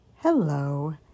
Hello